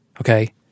okay